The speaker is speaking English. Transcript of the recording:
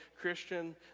Christian